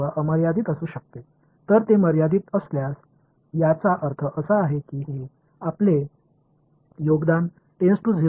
அது வரையறுக்கப்பட்டதாக இருக்க முடியுமா அல்லது வரையறுக்கப்படாததாக இருக்க முடியுமா